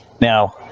Now